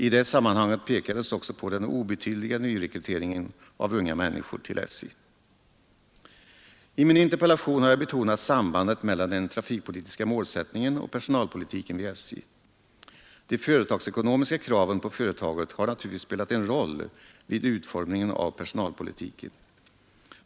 I det sammanhanget pekades också på den obetydliga nyrekryteringen av unga människor till SJ. I min interpellation har jag betonat sambandet mellan den trafikpolitiska målsättningen och personalpolitiken vid SJ. De företagsekonomiska kraven på företaget har naturligtvis spelat en roll vid utformningen av personalpolitiken.